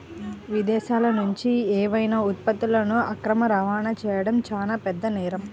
విదేశాలనుంచి ఏవైనా ఉత్పత్తులను అక్రమ రవాణా చెయ్యడం చానా పెద్ద నేరం